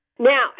Now